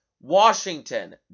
Washington